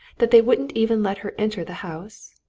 that they wouldn't even let her enter the house?